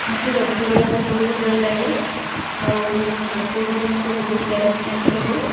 ମୋତେ ରୋଷେଇ କରିବାକୁ ବହୁତ ଭଲଲାଗେ ଆଉ ମୁଁ ରୋଷେଇ ଘରେ ମଧ୍ୟ ବହୁତ ଟାଇମ ସ୍ପେଣ୍ଡ କରେ